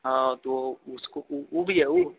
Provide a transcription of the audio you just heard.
हाँ तो उसको वो वो भी है वो